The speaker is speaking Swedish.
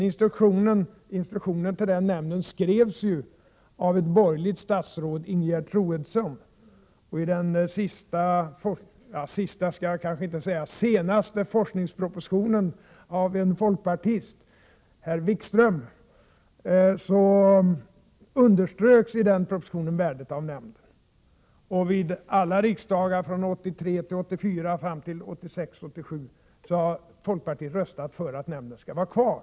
Instruktionen till nämnden skrevs av ett borgerligt statsråd, Ingegerd Troedsson. Den senaste forskningspropositionen skrevs av en folkpartist, herr Wikström. I den propositionen underströks värdet av nämnden. Vid alla riksdagar från 1983 87 har folkpartiet röstat för att nämnden skall vara kvar.